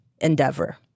endeavor